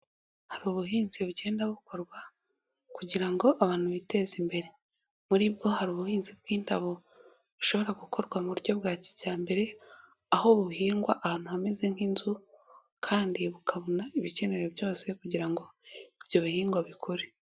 Hari ubuhinzi bugenda bukorwa kugira ngo abantu biteze imbere, muri bwo hari ubuhinzi bw'indabo bushobora gukorwa mu buryo bwa kijyambere, aho buhingwa ahantu hameze nk'inzu kandi bukabona ibikenewe byose kugira ngo ibyo bihingwa bikure.